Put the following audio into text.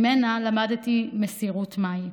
ממנה למדתי מסירות מהי.